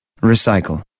Recycle